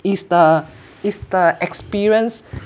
is the is the experience